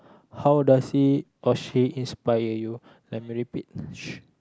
how does he or she inspire you let me repeat